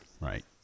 Right